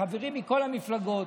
החברים מכל המפלגות